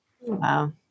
Wow